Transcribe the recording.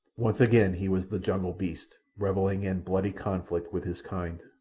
once again he was the jungle beast revelling in bloody conflict with his kind.